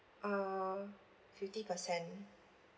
uh fifty percent